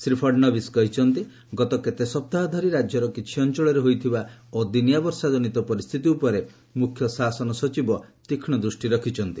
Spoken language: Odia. ଶ୍ରୀ ଫଡନବିସ୍ କହିଛନ୍ତି ଗତ କେତେ ସପ୍ତାହ ଧରି ରାଜ୍ୟର କିଛି ଅଞ୍ଚଳରେ ହୋଇଥିବା ଅଦିନିଆ ବର୍ଷାଜନିତ ପରିସ୍ଥିତି ଉପରେ ମୁଖ୍ୟଶାସନ ସଚିବ ତୀକ୍ଷ୍ଣ ଦୃଷ୍ଟି ରଖିଛନ୍ତି